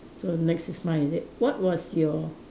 so next is mine is it what was your